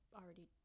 already